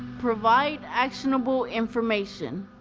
provide actionable information.